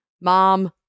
Mom